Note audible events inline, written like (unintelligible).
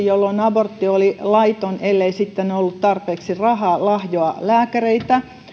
(unintelligible) jolloin abortti oli laiton ellei sitten ollut tarpeeksi rahaa lahjoa lääkäreitä